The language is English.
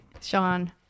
sean